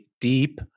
deep